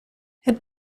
het